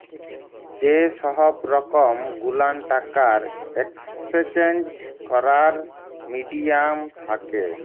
যে সহব রকম গুলান টাকার একেসচেঞ্জ ক্যরার মিডিয়াম থ্যাকে